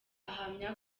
ahamya